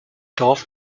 dorf